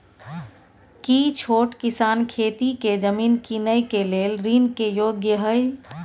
की छोट किसान खेती के जमीन कीनय के लेल ऋण के योग्य हय?